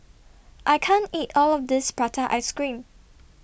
I can't eat All of This Prata Ice Cream